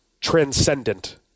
transcendent